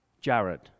Jared